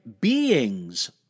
beings